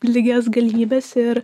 lygias galimybes ir